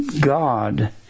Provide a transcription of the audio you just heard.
God